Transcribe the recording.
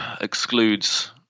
excludes